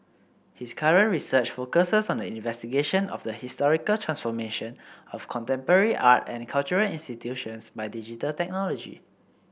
his current research focuses on the investigation of the historical transformation of contemporary art and cultural institutions by digital technology